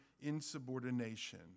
insubordination